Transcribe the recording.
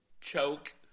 Choke